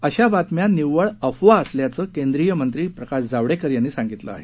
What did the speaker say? अशा बातम्या निव्वळ अफवा असल्याचं केंद्रीय मंत्री प्रकाश जावडेकर यांनी सांगितलं आहे